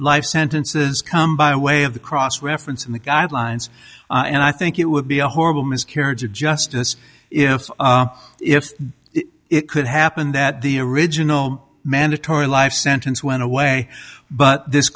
life sentences come by way of the cross reference in the guidelines and i think it would be a horrible miscarriage of justice if it could happen that the original mandatory life sentence went away but this